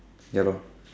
ya lor